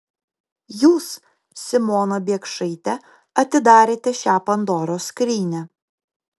jūs simona biekšaite atidarėte šią pandoros skrynią